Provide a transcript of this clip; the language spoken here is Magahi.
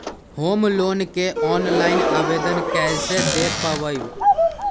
होम लोन के ऑनलाइन आवेदन कैसे दें पवई?